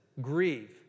grieve